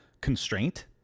constraint